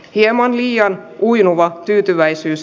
hieman liian uinuvan tyytyväisyys